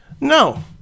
No